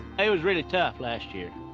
it was really tough last year.